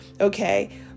Okay